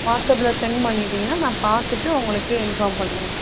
watts ஆப்பில sent பண்ணிட்டிங்கனால் நான் பார்த்துட்டு உங்களுக்கு இன்ஃபார்ம் பண்ணுறேன்